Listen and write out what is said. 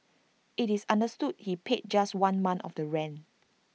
it's understood he paid just one month of the rent